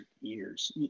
years